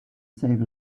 save